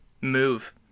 move